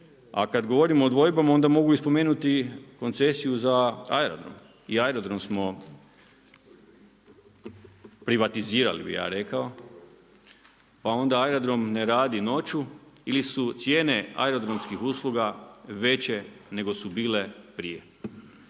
a kad govorimo o dvojbama, onda mogu i spomenuti koncesiju za aerodrom, i aerodrom smo privatizirali bi ja rekao. Pa onda aerodrom ne radi noću, ili su cijene aerodromskih usluga veće nego su bile prije.